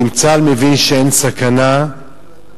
אם צה"ל מבין שאין סכנה ומאפשר,